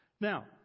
Now